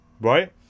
right